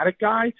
guy